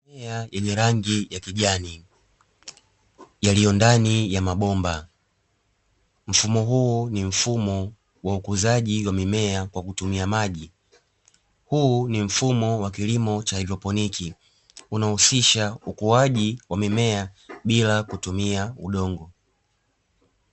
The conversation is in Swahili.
Mimea yenye rangi ya kijani yaliyondani ya mabomba, mfumo huu ni mfumo wa ukuzaji wa mimea kwa kutumia maji huu ni mfumo wa kilimo cha haidroponi unaohusisha ukuaji wa mimea bila kutumia udongo.